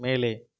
மேலே